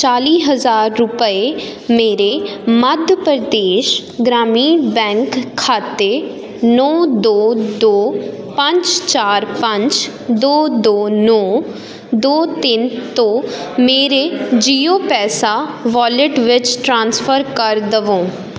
ਚਾਲੀ ਹਜ਼ਾਰ ਰੁਪਏ ਮੇਰੇ ਮੱਧ ਪ੍ਰਦੇਸ਼ ਗ੍ਰਾਮੀਣ ਬੈਂਕ ਖਾਤੇ ਨੌਂ ਦੋ ਦੋ ਪੰਜ ਚਾਰ ਪੰਜ ਦੋ ਦੋ ਨੌਂ ਦੋ ਤਿੰਨ ਤੋਂ ਮੇਰੇ ਜੀਓ ਪੈਸਾ ਵਾਲਿਟ ਵਿੱਚ ਟ੍ਰਾਂਸਫਰ ਕਰ ਦਵੋ